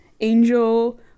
angel